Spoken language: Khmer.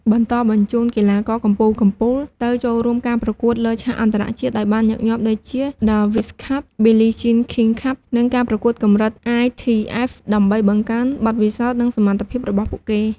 បន្តបញ្ជូនកីឡាករកំពូលៗទៅចូលរួមការប្រកួតលើឆាកអន្តរជាតិឱ្យបានញឹកញាប់ដូចជា Davis Cup , Billie Jean King Cup និងការប្រកួតកម្រិត ITF ដើម្បីបង្កើនបទពិសោធន៍ និងសមត្ថភាពរបស់ពួកគេ។